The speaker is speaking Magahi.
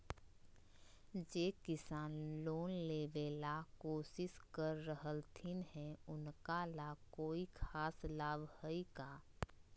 जे किसान लोन लेबे ला कोसिस कर रहलथिन हे उनका ला कोई खास लाभ हइ का?